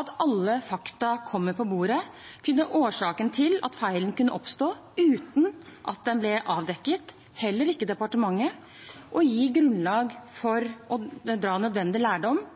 at alle fakta kommer på bordet, finne årsakene til at feilen kunne oppstå uten at den ble avdekket – heller ikke i departementet – og gi grunnlag for å dra nødvendig lærdom